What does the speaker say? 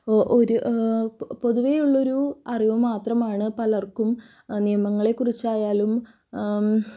O ഒരു പൊ പൊതുവേ ഉള്ളൊരു അറിവ് മാത്രമാണ് പലർക്കും നിയമങ്ങളെ കുറിച്ചായാലും